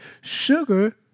sugar